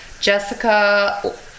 Jessica